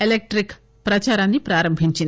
electric ప్రదారాన్ని ప్రారంభించింది